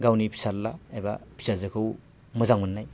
गावनि फिसाला एबा फिसाजोखौ मोजां मोननाय